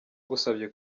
agusabye